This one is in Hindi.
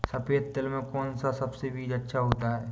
सफेद तिल में कौन सा बीज सबसे अच्छा होता है?